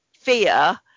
fear